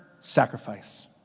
sacrifice